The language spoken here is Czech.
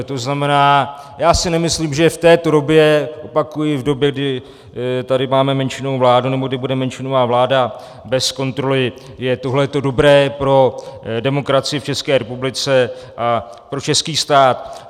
To znamená, já si nemyslím, že v této době opakuji, v době, kdy tady menšinovou vládu... nebo kdy bude menšinová vláda bez kontroly je to dobré pro demokracii v České republice a pro český stát.